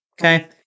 Okay